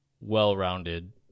well-rounded